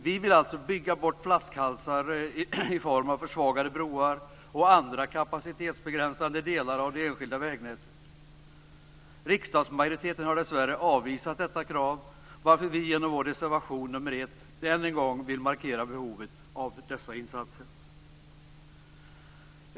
Vi vill alltså bygga bort flaskhalsar i form av försvagade broar och andra kapacitetsbegränsande delar av det enskilda vägnätet. Riksdagsmajoriteten har dessvärre avvisat detta krav, varför vi genom vår reservation nr 1 än en gång vill markera behovet av dessa insatser.